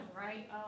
right